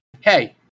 Hey